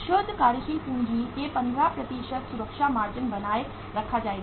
शुद्ध कार्यशील पूंजी के 15 सुरक्षा मार्जिन बनाए रखा जाएगा